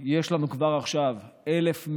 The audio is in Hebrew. יש לנו כבר עכשיו 1,120,